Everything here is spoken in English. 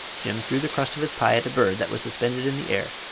jim threw the crust of his pie at a bird that was suspended in the air,